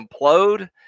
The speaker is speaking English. implode